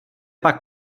pak